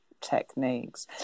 techniques